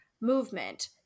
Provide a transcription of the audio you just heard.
movement